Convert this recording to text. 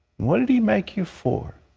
what did he make you for?